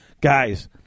guys